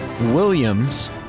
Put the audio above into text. Williams